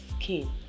skin